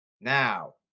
Now